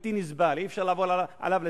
בלתי נסבל, אי-אפשר לעבור עליו לסדר-היום.